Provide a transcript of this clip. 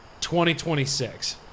2026